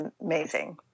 amazing